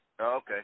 Okay